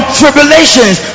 tribulations